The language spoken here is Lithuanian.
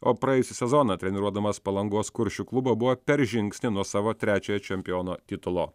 o praėjusį sezoną treniruodamas palangos kuršių klubą buvo per žingsnį nuo savo trečiojo čempiono titulo